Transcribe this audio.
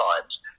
times